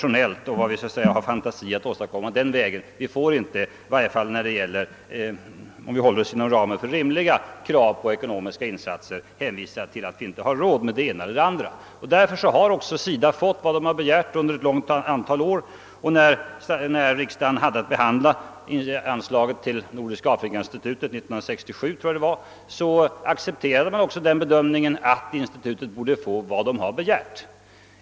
Därför har också SIDA under ett stort antal år erhållit de anslag man begärt. När riksdagen år 1967 hade att behandla frågan om anslaget till Nordiska afrikainstitutet accepterades också bedömningen, att Nordiska afrikainstitutet borde få vad det begärt.